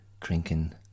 drinking